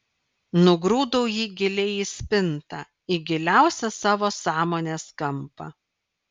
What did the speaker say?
nugrūdau jį giliai į spintą į giliausią savo sąmonės kampą